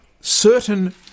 certain